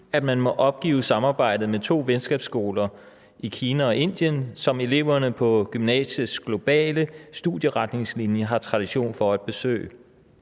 at man må opgive samarbejdet med to venskabsskoler i Kina og Indien, som eleverne på gymnasiets globale studieretningslinje har tradition for at besøge?